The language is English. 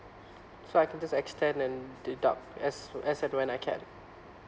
so I can just extend and deduct as as and when I can